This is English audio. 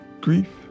grief